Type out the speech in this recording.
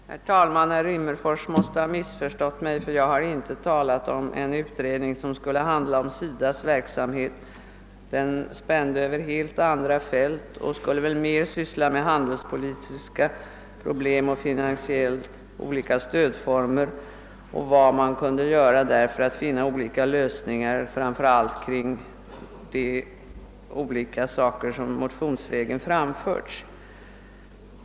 Herr talman! Herr Rimmerfors måste ha missförstått mig; jag har inte talat om en utredning som skulle handla om SIDA:s verksamhet. Den skall spänna över helt andra fält och skulle väl mer syssla med handelspolitiska problem och olika finansiella stödformer och mer syssla med vad man kunde göra för att finna olika kompromisslösningar framför allt av de olika saker som motionsvägen framförts.